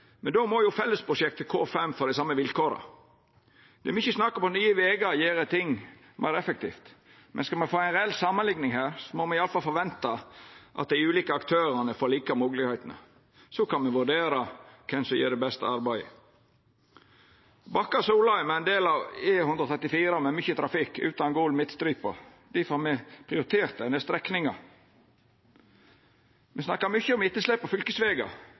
Men då må fellesprosjektet K5 få dei same vilkåra. Det er mykje snakk om at Nye Vegar gjer ting meir effektivt, men skal me få ei reell samanlikning her, må ein i alle fall venta at dei ulike aktørane får like moglegheiter. Så kan ein vurdera kven som gjer best arbeid. Bakka–Solheim er ein del av E134 med mykje trafikk utan gul midtstripe. Difor har me prioritert denne strekninga. Me snakkar mykje om etterslepet på vedlikehald av fylkesvegar.